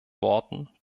worten